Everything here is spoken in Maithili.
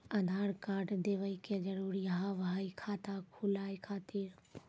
आधार कार्ड देवे के जरूरी हाव हई खाता खुलाए खातिर?